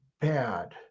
bad